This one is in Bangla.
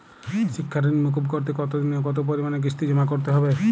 শিক্ষার ঋণ মুকুব করতে কতোদিনে ও কতো পরিমাণে কিস্তি জমা করতে হবে?